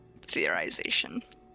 theorization